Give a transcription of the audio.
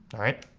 alright?